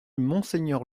monseigneur